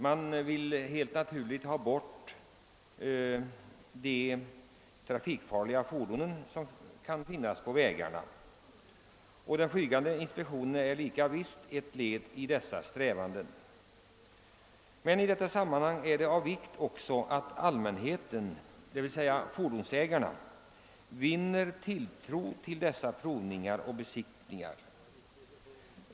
Man vill helt naturligt få bort de trafikfarliga fordonen på vägarna. Flygande inspektion är helt visst också ett led i dessa strävanden. Men det är av vikt att allmänheten, d.v.s. fordonsägarna, har tilltro till dessa provningar och besiktningar.